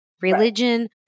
religion